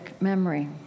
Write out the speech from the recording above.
memory